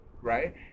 right